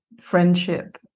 friendship